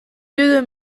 deux